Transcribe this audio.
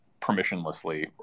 permissionlessly